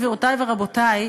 גבירותי ורבותי,